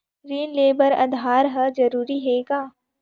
ऋण ले बर आधार ह जरूरी हे का?